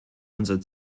unser